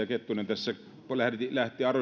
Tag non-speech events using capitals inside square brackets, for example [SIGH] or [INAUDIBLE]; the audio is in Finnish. [UNINTELLIGIBLE] kettunen tässä lähti